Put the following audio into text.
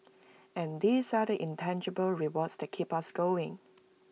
and these are the intangible rewards that keep us going